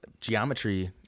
geometry